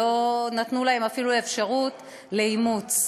לא נתנו להם אפילו אפשרות לאימוץ,